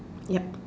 ya